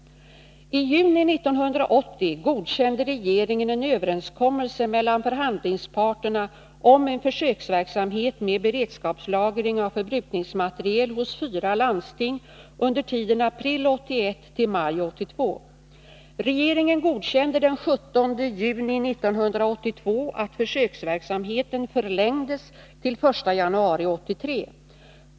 I juni 1980 godkände regeringen en överenskommelse mellan förhandlingsparterna om en försöksverksamhet med beredskapslagring av förbrukningsmateriel hos fyra landsting under tiden april 1981-maj 1982. Regeringen godkände den 17 juni 1982 att försöksverksamheten förlängdes till den 1 januari 1983.